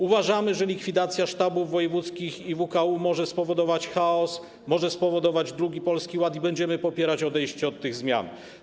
Uważamy, że likwidacja sztabów wojewódzkich i WKU może spowodować chaos, może spowodować drugi Polski Ład i będziemy popierać odejście od tych zmian.